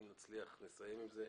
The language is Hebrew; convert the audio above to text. אם נצליח לסיים עם זה.